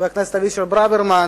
חבר הכנסת אבישי ברוורמן,